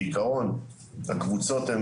בעיקרון הקבוצות,